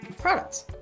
products